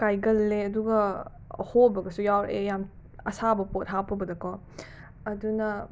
ꯀꯥꯏꯒꯜꯂꯦ ꯑꯗꯨꯒ ꯑꯍꯣꯕꯒꯁꯨ ꯌꯥꯎꯔꯛꯑꯦ ꯌꯥꯝꯅ ꯑꯁꯥꯕ ꯄꯣꯠ ꯍꯥꯄꯨꯕꯗꯀꯣ ꯑꯗꯨꯅ